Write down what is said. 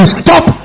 stop